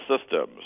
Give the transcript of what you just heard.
systems